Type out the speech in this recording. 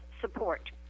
support